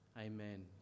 amen